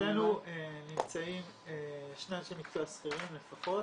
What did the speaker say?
אצלנו נמצאים שני אנשי מקצוע שכירים לפחות,